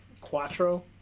Quattro